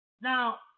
Now